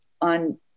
on